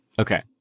Okay